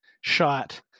shot